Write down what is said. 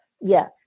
Yes